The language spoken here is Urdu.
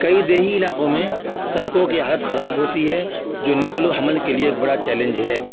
کئی دیہی علاقوں میں سڑکوں کی حالت خراب ہوتی ہے جو نقل و حمل کے لیے ایک بڑا چیلنج ہے